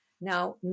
Now